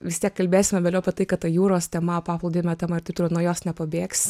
vis tiek kalbėsime vėliau apie tai kad ta jūros tema paplūdimio tema ir tu nuo jos nepabėgsi